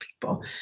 people